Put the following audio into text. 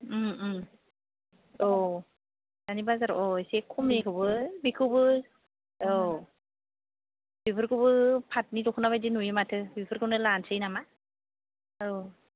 औ दानि बाजाराव एसे खमनिखौबो बेखौबो औ बेफोरखौबो पाथनि दख'ना बायदि नुयो माथो बेफोरखौनो लानसै नामा